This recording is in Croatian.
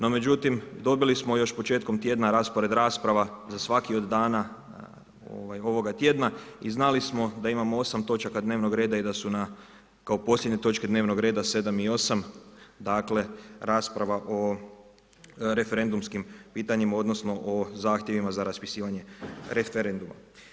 No međutim, dobili smo još početkom tjedna raspored rasprava za svaki od dana ovoga tjedna i znali smo da imamo 8 točaka dnevnog reda i da su kao posljednje točke dnevnog reda 7. i 8. dakle, rasprava o referendumskim pitanjima, odnosno o zahtjevima za raspisivanje referenduma.